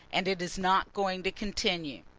and it is not going to continue.